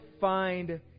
find